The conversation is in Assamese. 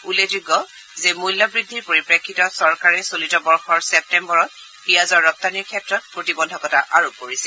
উল্লেখযোগ্য যে মূল্যবৃদ্ধিৰ পৰিপ্ৰেক্ষিতত চৰকাৰে চলিত বৰ্ষৰ ছেপ্তেম্বৰত পিঁয়াজৰ ৰপ্তানীৰ ক্ষেত্ৰত প্ৰতিবন্ধকতা আৰোপ কৰিছিল